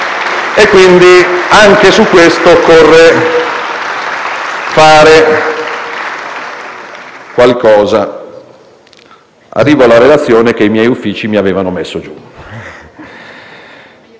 Quindi, anche su questo occorre fare qualcosa. Arrivo alla relazione che i miei uffici mi avevano preparato.